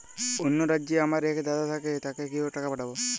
অন্য রাজ্যে আমার এক দাদা থাকে তাকে কিভাবে টাকা পাঠাবো?